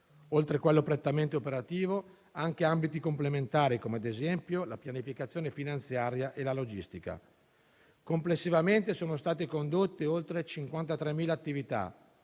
oltre a quello prettamente operativo, anche in ambiti complementari, come ad esempio la pianificazione finanziaria e la logistica. Complessivamente sono state condotte oltre 53.000 attività